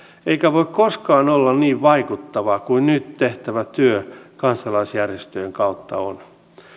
eikä voi koskaan olla niin vaikuttavaa kuin nyt tehtävä työ kansalaisjärjestöjen kautta on